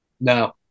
No